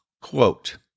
Quote